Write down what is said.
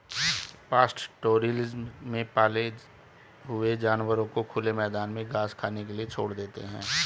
pastoralism में पाले हुए जानवरों को खुले मैदान में घास खाने के लिए छोड़ देते है